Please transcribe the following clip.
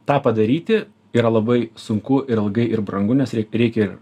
tą padaryti yra labai sunku ir ilgai ir brangu nes reikia ir